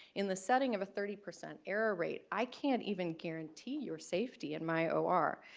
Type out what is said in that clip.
in the setting of a thirty percent error rate, i can't even guarantee your safety in my or.